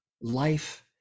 life